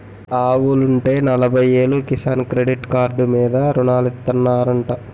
ఆవులుంటే నలబయ్యేలు Kisan credit card మీద రుణాలిత్తనారంటా